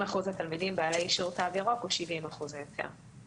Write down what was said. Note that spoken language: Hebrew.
אם אחוז התלמידים בעלי אישור "תו ירוק" הוא 70% או יותר.